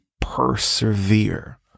persevere